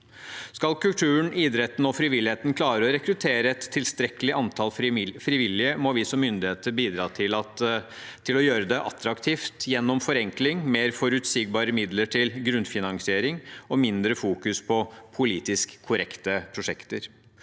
Skal kulturen, idretten og frivilligheten klare å rekruttere et tilstrekkelig antall frivillige, må vi som myndigheter bidra til å gjøre det attraktivt, gjennom forenkling, mer forutsigbare midler til grunnfinansiering og mindre fokus på politisk korrekte prosjekter.